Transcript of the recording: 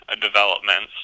developments